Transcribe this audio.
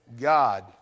God